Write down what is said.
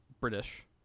British